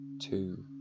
two